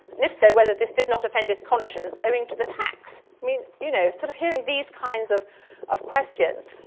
and if so, whether this did not offend his conscience, owing to the tax. i mean you know, sort of hearing these kinds of of questions.